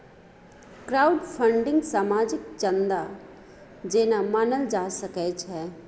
crowdfunding सामाजिक चन्दा जेना मानल जा सकै छै